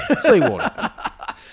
seawater